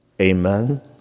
amen